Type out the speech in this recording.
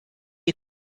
you